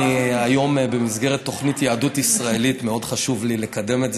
היום במסגרת תוכנית יהדות ישראלית מאוד חשוב לי לקדם את זה,